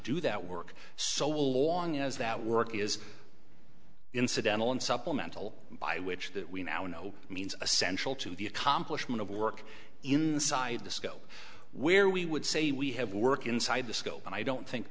do that work so long as that work is incidental and supplemental by which that we now know means essential to the accomplishment of work inside the scope where we would say we have work inside the scope and i don't think